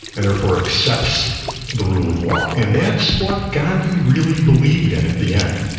and therefore accepts the rule of law, and that's what gandhi really believed in at the end.